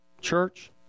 church